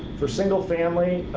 for single family,